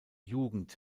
jugend